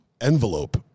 envelope